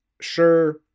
sure